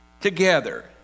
together